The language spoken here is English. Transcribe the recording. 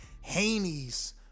Haney's